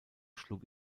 schlug